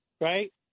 right